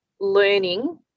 learning